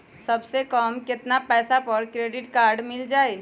सबसे कम कतना पैसा पर क्रेडिट काड मिल जाई?